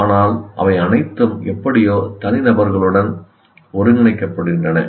ஆனால் அவை அனைத்தும் எப்படியோ தனிநபர்களுடன் ஒருங்கிணைக்கப்படுகின்றன